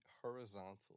horizontal